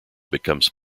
becomes